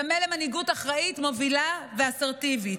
צמא למנהיגות אחראית, מובילה ואסרטיבית.